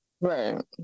Right